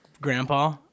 grandpa